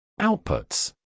Outputs